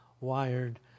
wired